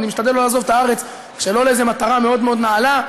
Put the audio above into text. אני משתדל לא לעזוב את הארץ שלא לאיזה מטרה מאוד מאוד נעלה,